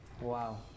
Wow